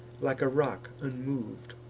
like a rock unmov'd,